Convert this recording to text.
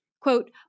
quote